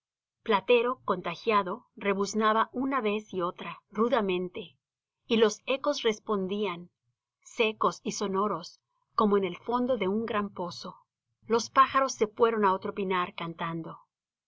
platero contagiado rebuznaba una vez y otra rudamente y los ecos respondían secos y sonoros como en el fondo de un gran pozo los pájaros se fueron á otro pinar cantando